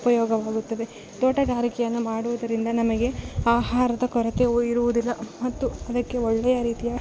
ಉಪಯೋಗವಾಗುತ್ತದೆ ತೋಟಗಾರಿಕೆಯನ್ನು ಮಾಡುವುದರಿಂದ ನಮಗೆ ಆಹಾರದ ಕೊರತೆಯು ಇರುವುದಿಲ್ಲ ಮತ್ತು ಅದಕ್ಕೆ ಒಳ್ಳೆಯ ರೀತಿಯ